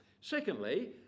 Secondly